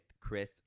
Chris